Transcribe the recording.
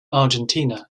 argentina